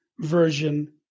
version